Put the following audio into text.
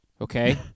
okay